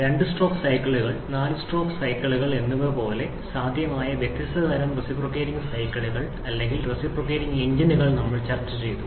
രണ്ട് സ്ട്രോക്ക് സൈക്കിളുകൾ നാല് സ്ട്രോക്ക് സൈക്കിളുകൾ എന്നിവ പോലെ സാധ്യമായ വ്യത്യസ്ത തരം റെസിപ്രോക്കേറ്റിംഗ് സൈക്കിളുകൾ അല്ലെങ്കിൽ റെസിപ്രോക്കേറ്റിംഗ് എഞ്ചിനുകൾ നമ്മൾ ചർച്ചചെയ്തു